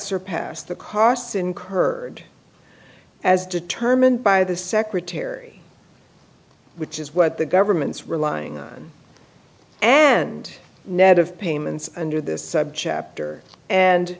surpass the costs incurred as determined by the secretary which is what the government's relying on and net of payments under this subchapter and